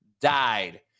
died